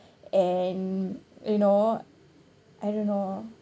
and you know I don't know